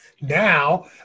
Now